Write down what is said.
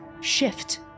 shift